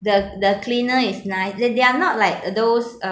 the the cleaner is ni~ they they are not like those uh